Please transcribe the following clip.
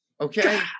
Okay